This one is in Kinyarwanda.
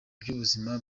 by’ubuzima